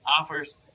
offers